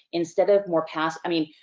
instead of more pass, i mean,